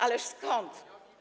Ależ skąd!